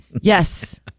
Yes